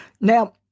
Now